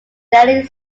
daly